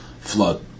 flood